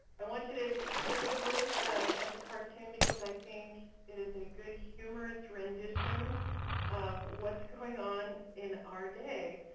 i want you to get a good look at the at the cartoon, because i think it is a good humorous rendition of what's going on in our day.